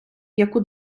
яку